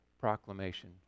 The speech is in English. proclamation